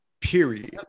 period